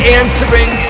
answering